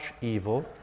evil